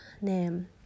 name